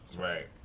right